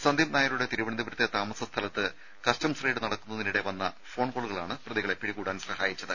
സന്ദീപ് നായരുടെ തിരുവനന്തപുരത്തെ താമസ സ്ഥലത്ത് കസ്സംസ് റെയ്ഡ് നടത്തുന്നതിനിടെ വന്ന ഫോൺകോളുകളാണ് പ്രതികളെ പിടികൂടാൻ സഹായിച്ചത്